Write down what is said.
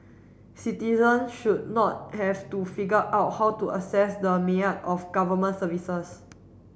citizen should not have to figure out how to access the of Government services